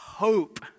hope